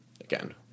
again